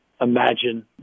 imagine